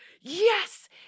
yes